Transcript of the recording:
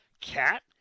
Cat